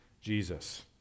Jesus